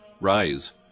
Rise